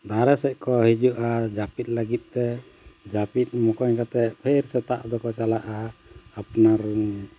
ᱫᱟᱨᱮ ᱥᱮᱡ ᱠᱚ ᱦᱤᱡᱩᱜᱼᱟ ᱡᱟᱹᱯᱤᱫ ᱞᱟᱹᱜᱤᱫ ᱛᱮ ᱡᱟᱹᱯᱤᱫ ᱢᱚᱠᱚᱧ ᱠᱟᱛᱮ ᱯᱷᱮᱨ ᱥᱮᱛᱟᱜ ᱫᱚᱠᱚ ᱪᱟᱞᱟᱜᱼᱟ ᱟᱯᱱᱟᱨ ᱨᱮᱱ